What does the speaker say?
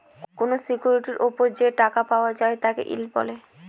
কোনো সিকিউরিটির ওপর যে টাকা পাওয়া যায় তাকে ইল্ড বলে